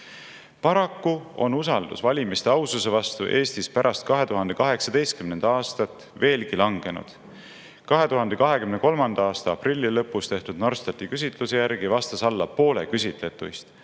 Paraku on usaldus valimiste aususe vastu Eestis pärast 2018. aastat veelgi langenud. 2023. aasta aprilli lõpus tehtud Norstati küsitluse järgi vastas alla poole küsitletuist,